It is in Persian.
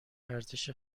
ارزش